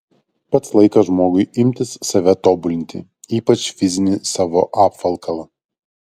pats laikas žmogui imtis save tobulinti ypač fizinį savo apvalkalą